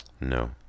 No